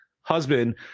husband